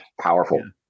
powerful